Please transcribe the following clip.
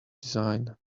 design